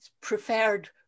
preferred